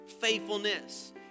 faithfulness